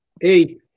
Eight